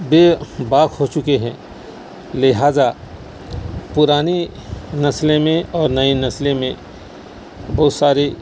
بے باک ہو چکے ہیں لہٰذا پرانی نسل میں اور نئی نسل میں بہت ساری